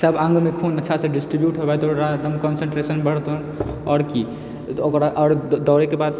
सब अङ्गमे खून अच्छासँ डिस्ट्रिब्यूट होबै पूरा एकदम कॉन्सेंट्रेशन बढ़तौ आओर की ओकर बाद आओर दोड़ैके बाद